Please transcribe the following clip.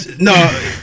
No